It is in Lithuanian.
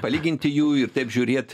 palyginti jų ir taip žiūrėt